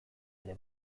ere